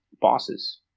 bosses